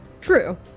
True